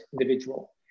individual